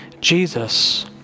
Jesus